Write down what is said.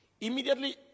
Immediately